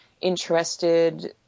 interested